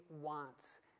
wants